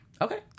Okay